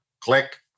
Click